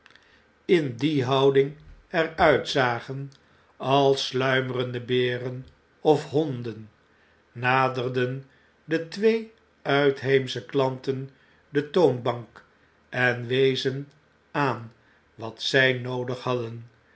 in die houding er uitzagen als sluimerende beren of honden naderden de twee uitheemsche klanten de toonbank en wezen aan wat zy noodig hadden